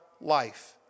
life